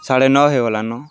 ସାଢ଼େ ନଅ ହେଇଗଲାନ